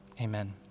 Amen